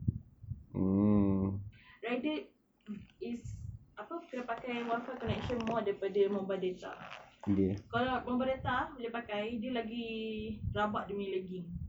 like that is apa kena pakai wi-fi connection more daripada mobile data kalau mobile data bila pakai dia lagi rabak dia punya lagging